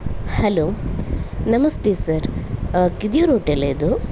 hello ನಮಸ್ತೆ sir Kidiyoor ಹೋಟೆಲಾ ಇದು